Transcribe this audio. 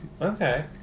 Okay